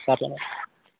సరే